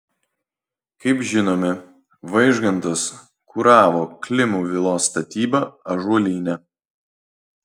kaip žinome vaižgantas kuravo klimų vilos statybą ąžuolyne